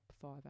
five